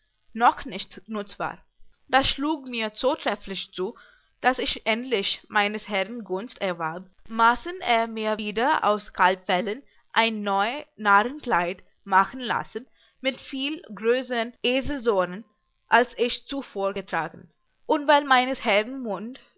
noch nichts nutz war das schlug mir so trefflich zu daß ich endlich meines herrn gunst erwarb maßen er mir wieder aus kalbfellen ein neu narrenkleid machen lassen mit viel größern eselsohren als ich zuvor getragen und weil meines herrn